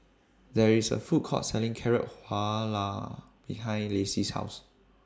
There IS A Food Court Selling Carrot Halwa behind Lacey's House